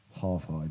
half-high